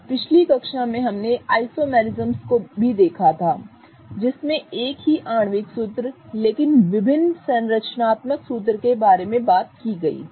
पिछली कक्षा में हमने आइसोमेरिज्म को भी देखा था जिसमें एक ही आणविक सूत्र लेकिन विभिन्न संरचनात्मक सूत्र के बारे में बात की गई थी